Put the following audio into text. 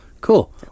Cool